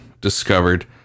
discovered